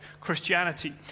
Christianity